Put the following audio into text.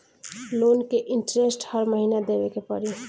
Loan के interest हर महीना देवे के पड़ी?